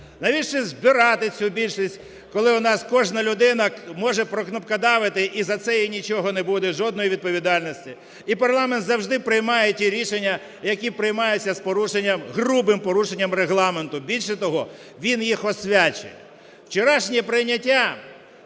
Навіщо збирати цю більшість, коли у нас кожна людина може прокнопкодавити і за це їй нічого не буде, жодної відповідальності? І парламент завжди приймає ті рішення, які приймаються з порушенням, грубим порушенням Регламенту. Більше того, він їх освячує. Вчорашнє прийняття